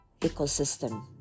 ecosystem